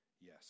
yes